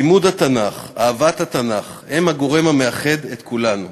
לימוד התנ"ך ואהבת התנ"ך הם הגורם המאחד את כולנו.